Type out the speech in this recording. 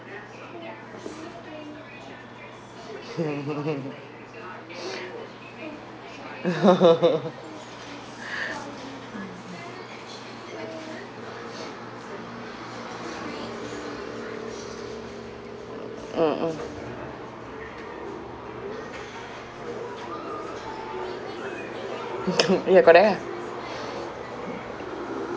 mm mm ya correct ah